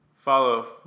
follow